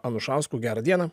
anušausku gerą dieną